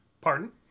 Pardon